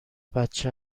بچه